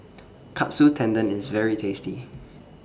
Katsu Tendon IS very tasty